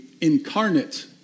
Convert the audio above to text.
incarnate